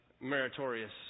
meritorious